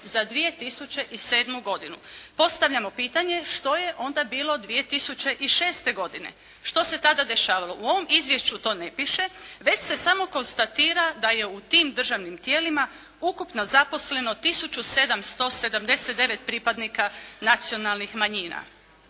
za 2007. godinu. Postavljamo pitanje što je onda bilo 2006. godine? Što se tada dešavalo? U ovom izvješću to ne piše već se samo konstatira da je u tim državnim tijelima ukupno zaposleno 1779 pripadnika nacionalnih manjina.